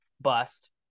bust